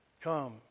Come